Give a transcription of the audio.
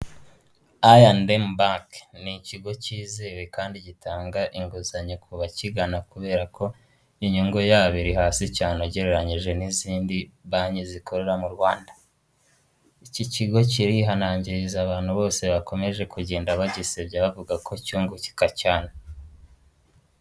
I and M Bank, ni kigo kizewe kandi gitanga inguzanyo ku bakigana kubera ko inyungu yabo iri hasi cyane ugereranyije n'izindi banki zikorera mu Rwanda, iki kigo kirihanangiriza abantu bose bakomeje kugenda bagisebya bavuga ko cyunguka cyane.